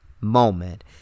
moment